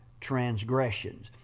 transgressions